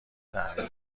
تحویل